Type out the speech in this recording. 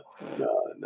no